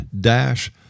dash